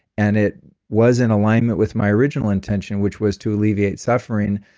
and it was in alignment with my original intention which was to alleviate suffering,